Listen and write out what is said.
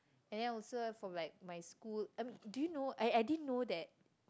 and then I was for like my school and do you know I I didn't know that